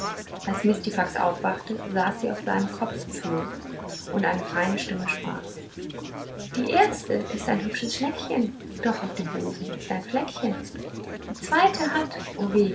als mistifax aufwachte saß sie auf seinem kopfpfühl und eine feine stimme sprach die erste ist ein hübsches schneckchen doch auf dem busen ist ein fleckchen die zweite hat o weh